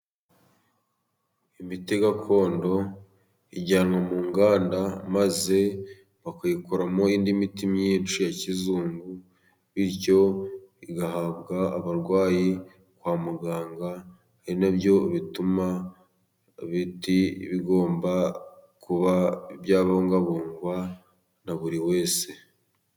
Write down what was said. Imiti gakondo ijyanwa mu nganda maze bakayikuramo indi miti myinshi ya kizungu, bityo igahabwa abarwayi kwa muganga, ari na byo bituma ibiti bigomba kuba byabungabungwa na buri wese.